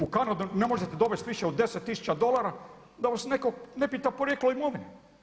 U Kanadu ne možete dovest više od 10000 dolara da vas netko ne pita porijeklo imovine.